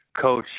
coach